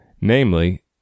namely